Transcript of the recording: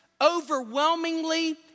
overwhelmingly